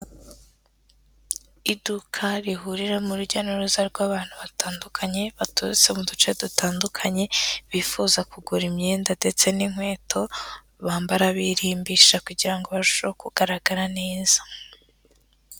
Iduka rihuriramo urujya n'uruza rw'abantu batandukanye, baturutse mu duce dutandukanye, bifuza kugura imyenda ndetse n'inkweto, bambara birimbisha kugira ngo barusheho kugaragara neza.